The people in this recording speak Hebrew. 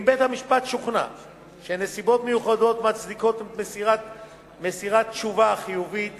ואם בית-המשפט שוכנע שנסיבות מיוחדות מצדיקות את מסירת התשובה החיובית